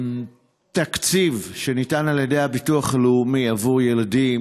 התקציב שניתן על ידי הביטוח הלאומי עבור ילדים,